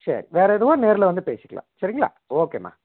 சரி வேறு எதுவும் நேரில் வந்து பேசிக்கலாம் சரிங்களா ஓகேமா